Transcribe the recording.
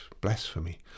blasphemy